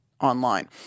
online